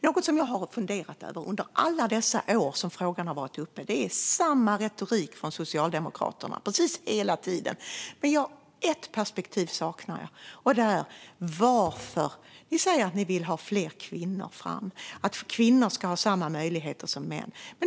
Något som jag har funderat över under alla dessa år som frågan har varit uppe är att det är samma retorik från Socialdemokraterna precis hela tiden, men det är ett perspektiv som saknas. Ni säger att ni vill ha fram fler kvinnor och att kvinnor ska ha samma möjligheter som män.